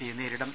സിയെ നേരിടും